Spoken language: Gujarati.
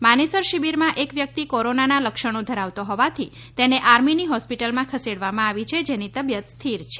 માનેસર શિબિરમાં એક વ્યક્તિ કોરોનાનાં લક્ષણો ધરાવતો હોવાથી તેને આર્મીની હોસ્પિટલમાં ખસેડવામાં આવી છે જેની તબિયત સ્થિર છે